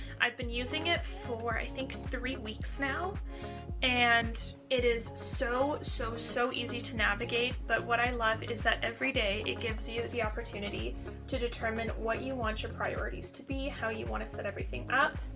i've been using it for i think three weeks now and it is so so so easy to navigate but what i love is that every day it gives you you the opportunity to determine what you want your priorities to be how you want to set everything up